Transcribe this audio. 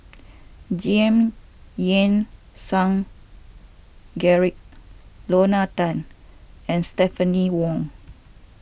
Giam Yean Song Gerald Lorna Tan and Stephanie Wong